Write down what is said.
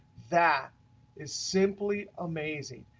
that is simply amazing.